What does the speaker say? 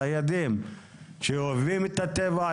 ציידים שאוהבים את הטבע,